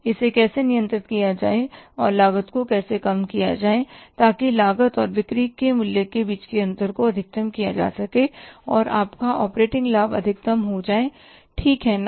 इसे कैसे नियंत्रित किया जाए और लागत को कैसे कम किया जाए ताकि लागत और बिक्री मूल्य के बीच अंतर को अधिकतम किया जा सके और आपका ऑपरेटिंग लाभ अधिकतम हो जाए ठीक है ना